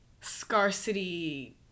scarcity